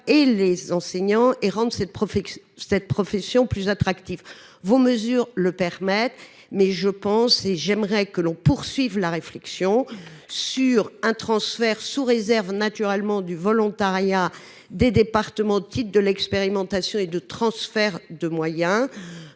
et les enseignants et rendent c'est le. Cette profession plus attractive. Vos mesures le permettent. Mais je pense et j'aimerais que l'on poursuive la réflexion sur un transfert sous réserve naturellement du volontariat des départements de petite de l'expérimentation et de transferts de moyens